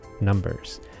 numbers